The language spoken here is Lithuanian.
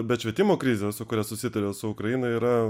bet švietimo krizė su kuria susiduria su ukraina yra